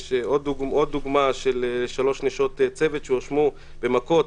יש עוד דוגמה של שלוש נשות צוות שהואשמו במכות,